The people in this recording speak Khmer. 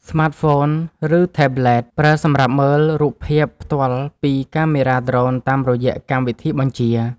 ស្មាតហ្វូន ឬថេប្លេត ប្រើសម្រាប់មើលរូបភាពផ្ទាល់ពីកាមេរ៉ាដ្រូនតាមរយៈកម្មវិធីបញ្ជា។